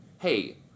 hey